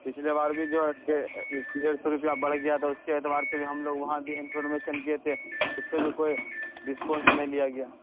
پچھلے بار بھی جو ہے ڈیڑھ سو روپیہ بڑھ گیا تھا اس کے اعتبار سے بھی ہم لوگ وہاں بھی انفارمیشن دیے تھے اس سے بھی کوئی رسپانس نہیں لیا گیا